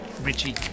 richie